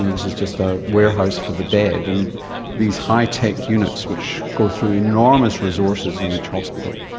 this is just a warehouse for the dead, and these high-tech units which go through enormous resources in each hospital,